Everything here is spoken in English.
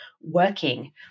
working